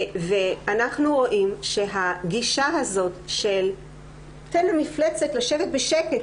אנחנו רואים שהגישה הזאת של תן למפלצת לשבת בשקט,